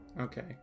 Okay